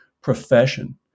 profession